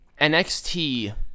NXT